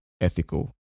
ethical